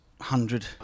hundred